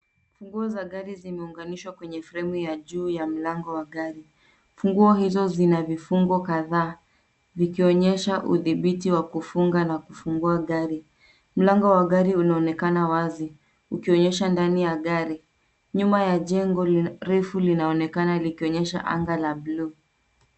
Funguo za gari zimeunganishwa kwenye fremu ya juu ya mlango wa gari. Funguo hizo zina vifungo kadhaa vikionyesha udhibiti wa kufunga na kufungua gari. Mlango wa gari unaonekana wazi, ukionyesha ndani ya gari. Nyuma ya jengo refu linaonekana likionyesha anga la bluu.